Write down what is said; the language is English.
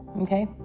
okay